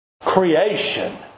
Creation